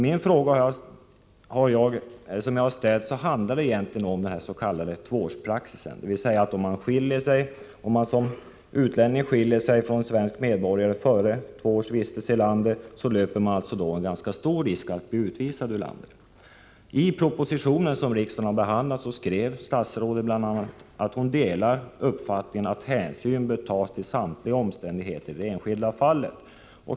Den fråga som jag har ställt handlar egentligen om den s.k. tvåårsprax isen, dvs. om en utlänning skiljer sig från en svensk medborgare före två års vistelse i landet löper han eller hon en ganska stor risk att bli utvisad. I proposition 144 skrev statsrådet bl.a. att hon delar uppfattningen att hänsyn bör tas till samtliga omständigheter i det enskilda fallet.